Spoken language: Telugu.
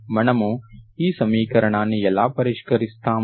మనం ఈ సమీకరణాన్ని ఎలా పరిష్కరిస్తాము